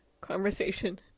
conversation